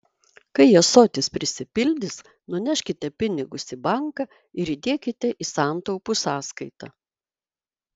kai ąsotis prisipildys nuneškite pinigus į banką ir įdėkite į santaupų sąskaitą